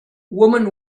woman